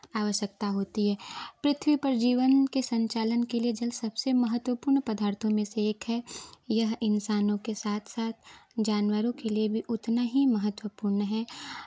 आवश्यकता होती है पृथ्वी पर जीवन के संचालन के लिए जल सबसे महत्वपूर्ण पदार्थों में से एक है यह इंसानों के साथ साथ जानवरों के लिए भी उतने ही महत्वपूर्ण है